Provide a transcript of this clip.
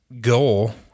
goal